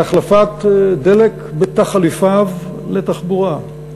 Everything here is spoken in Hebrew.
להחלפת דלק ותחליפיו לתחבורה,